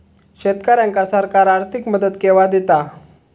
शेतकऱ्यांका सरकार आर्थिक मदत केवा दिता?